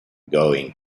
going